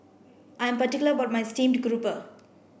I'm particular about my steamed grouper